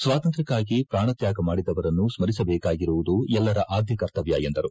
ಸ್ವಾತಂತ್ರ್ಕಕ್ಕಾಗಿ ಪ್ರಾಣತ್ಕಾಗ ಮಾಡಿದವರನ್ನು ಸ್ತರಿಸಬೇಕಾಗಿರುವುದು ಎಲ್ಲರ ಅದ್ಯ ಕರ್ತವ್ಯ ಎಂದರು